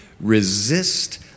Resist